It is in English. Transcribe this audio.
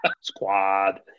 squad